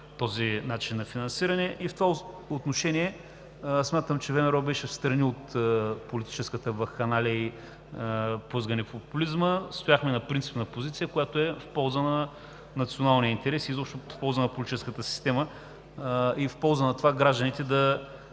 този начин на финансиране. В това отношение смятам, че ВМРО беше встрани от политическата вакханалия и плъзгане по популизма. Стояхме на принципна позиция, която е в полза на националния интерес и изобщо в полза на политическата система, в полза на това гражданите да